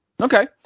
Okay